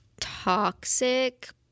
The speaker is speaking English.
toxic